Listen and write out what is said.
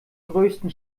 größten